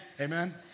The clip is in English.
Amen